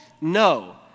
No